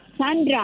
Sandra